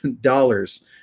dollars